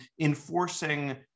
enforcing